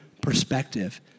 perspective